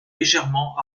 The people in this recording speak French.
légèrement